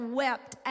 wept